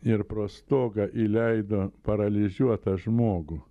ir pro stogą įleido paralyžiuotą žmogų